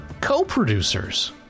co-producers